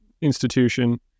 institution